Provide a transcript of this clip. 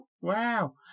Wow